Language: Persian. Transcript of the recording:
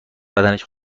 بدنش